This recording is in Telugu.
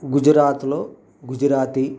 గుజురాత్లో గుజరాతీ